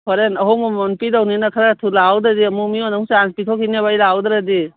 ꯐꯔꯦ ꯑꯍꯣꯡꯕ ꯃꯃꯜ ꯄꯤꯗꯣꯏꯅꯤꯅ ꯈꯔ ꯊꯨꯅ ꯂꯥꯛꯍꯧꯗ꯭ꯔꯗꯤ ꯑꯃꯨꯛ ꯃꯤꯉꯣꯟꯗ ꯑꯃꯨꯛ ꯆꯥꯟꯁ ꯄꯤꯊꯣꯛꯈꯤꯅꯦꯕ ꯑꯩ ꯂꯥꯛꯍꯧꯗ꯭ꯔꯗꯤ